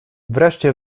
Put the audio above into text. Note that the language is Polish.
wreszcie